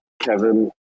Kevin